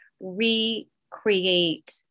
recreate